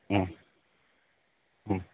ꯎꯝ ꯎꯝ